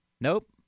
Nope